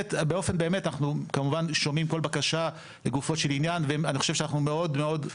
אנחנו כמובן שומעים כל בקשה לגופו של עניין ואני חושב שאנחנו מאוד מאוד,